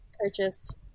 purchased